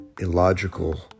illogical